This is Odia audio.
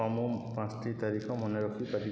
ହଁ ମୁଁ ପାଞ୍ଚଟି ତାରିଖ ମନେ ରଖିପାରିବି